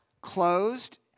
closed